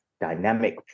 dynamic